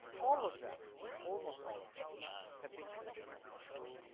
all of them almost all of them have been completely destroyed.